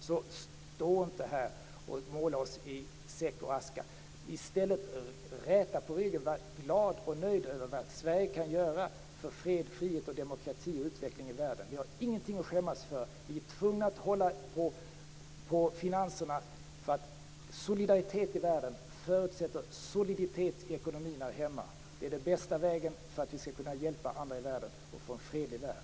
Så stå inte här och måla oss i säck och aska. Räta i stället på ryggen och var glad och nöjd över vad Sverige kan göra för fred, frihet, demokrati och utveckling i världen. Vi har ingenting att skämmas för. Vi är tvungna att hålla på finanserna eftersom solidaritet i världen förutsätter soliditet i ekonomin här hemma. Det är den bästa vägen för att vi skall kunna hjälpa andra i världen och för att få en fredlig värld.